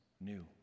new